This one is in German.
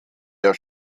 der